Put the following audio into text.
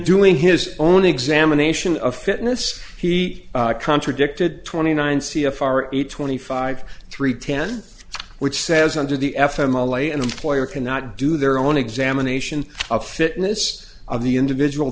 doing his own examination of fitness he contradicted twenty nine c f r eight twenty five three ten which says under the f m a law and employer cannot do their own examination of fitness of the individual